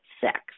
sex